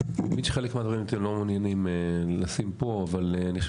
האמת היא שחלק מהדברים אתם לא מעוניינים לשים פה אבל לדעתי